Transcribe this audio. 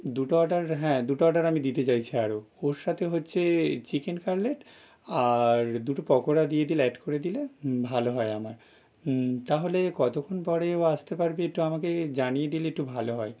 দুটো অর্ডার হ্যাঁ দুটো অর্ডার আমি দিতে চাইছি আরও ওর সাথে হচ্ছে চিকেন কাটলেট আর দুটো পকোড়া দিয়ে দিলে অ্যাড করে দিলে ভালো হয় আমার তাহলে কতক্ষণ পরে ও আসতে পারবে একটু আমাকে জানিয়ে দিলে একটু ভালো হয়